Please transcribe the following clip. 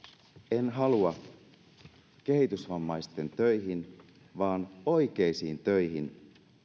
en halua kehitysvammaisten töihin vaan oikeisiin töihin